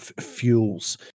fuels